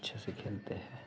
अच्छे से खेलते है